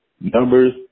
numbers